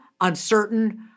uncertain